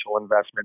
investment